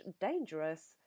dangerous